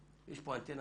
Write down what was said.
יש פה אנטנה